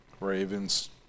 Ravens